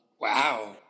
Wow